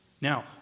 Now